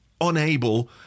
unable